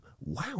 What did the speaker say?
wow